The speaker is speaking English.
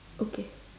okay